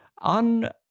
On